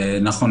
נכון.